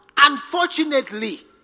unfortunately